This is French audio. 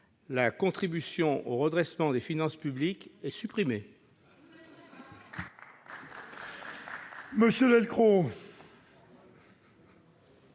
La contribution au redressement des finances publiques est supprimée.